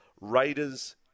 Raiders